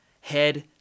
head